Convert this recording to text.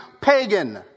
pagan